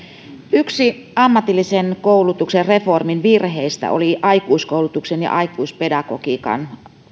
yksi ammatillisen koulutuksen reformin virheistä oli aikuiskoulutuksen ja aikuispedagogiikan